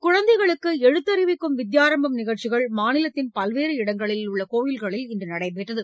குழந்தைகளுக்கு எழுத்தறிவிக்கும் வித்யாரம்பம் நிகழ்ச்சிகள் மாநிலத்தின் பல்வேறு இடங்களில் உள்ள கோயில்களில் நடைபெற்றன